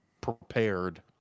prepared